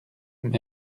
mais